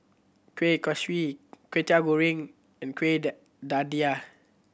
Kueh Kaswi Kway Teow Goreng and kueh